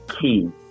key